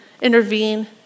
intervene